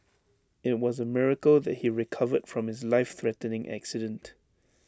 IT was A miracle that he recovered from his life threatening accident